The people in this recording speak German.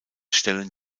stellen